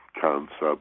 concept